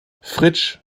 fritsch